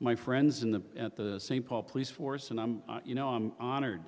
my friends in the at the st paul police force and i'm you know i'm honored